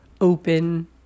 open